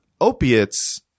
opiates